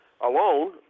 alone